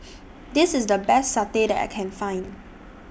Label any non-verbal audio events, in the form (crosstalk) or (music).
(noise) This IS The Best Satay that I Can Find